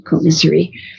misery